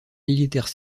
militaire